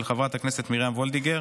של חברת הכנסת מרים וולדיגר,